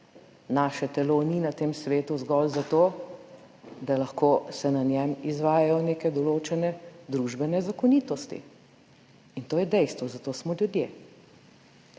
Naše telo ni na tem svetu zgolj zato, da lahko se na njem izvajajo neke določene družbene zakonitosti in to je dejstvo, za to smo ljudje